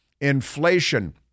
inflation